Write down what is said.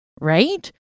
Right